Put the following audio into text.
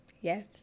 Yes